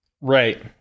Right